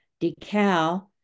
decal